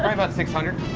about six hundred,